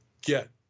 get